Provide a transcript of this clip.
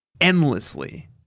endlessly